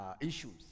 issues